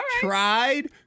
tried